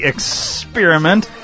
Experiment